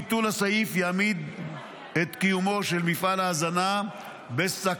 ביטול הסעיף יעמיד את קיומו של מפעל ההזנה בסכנה.